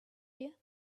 here